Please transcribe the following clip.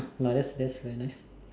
!wah! that's that's very nice